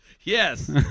Yes